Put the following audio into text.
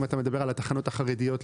אם אתה מדבר על התחנות החרדיות,